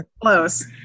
Close